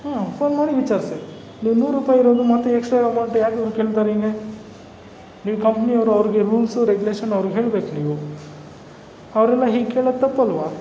ಹಾಂ ಫೋನ್ ಮಾಡಿ ವಿಚಾರಿಸಿ ನೀವು ನೂರು ರುಪಾಯಿ ಇರೋದು ಮತ್ತು ಎಕ್ಸ್ಟ್ರ ಅಮೌಂಟು ಯಾಕೆ ಇವ್ರು ಕೇಳ್ತಾರೆ ಹೀಗೆ ನೀವು ಕಂಪ್ನಿಯವರು ಅವ್ರಿಗೆ ರೂಲ್ಸು ರೆಗ್ಯುಲೇಷನ್ ಅವ್ರಿಗೆ ಹೇಳ್ಬೇಕು ನೀವು ಅವರೆಲ್ಲ ಹೀಗೆ ಕೇಳೋದು ತಪ್ಪಲ್ಲವಾ